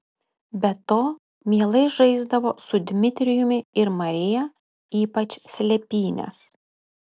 be to mielai žaisdavo su dmitrijumi ir marija ypač slėpynes